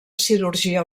cirurgia